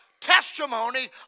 testimony